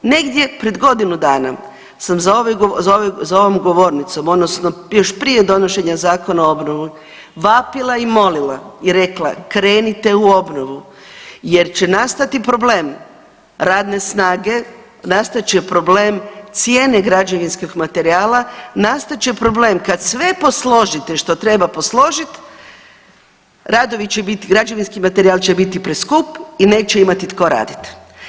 Negdje pred godinu dana sam za ovom govornicom odnosno još prije donošenja Zakona o obnovi, vapila i molila i rekla krenite u obnovu jer će nastati problem radne snage, nastat će problem cijene građevinskog materijala, nastat će problem kad sve posložite što treba posložiti radovi će biti, građevinski materijal će biti preskup i neće imati tko raditi.